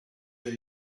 that